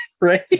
right